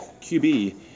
QB